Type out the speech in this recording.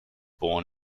born